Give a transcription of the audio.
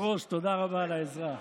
אדוני היושב-ראש, תודה רבה על העזרה.